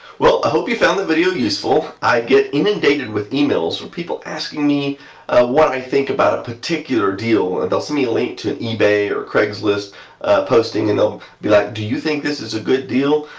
well, i hope you found the video useful, i get inundated with emails from people asking me what i think about a particular deal. they'll send me a link to an ebay or craigslist posting and they'll be like do you think this is a good deal?